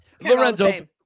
Lorenzo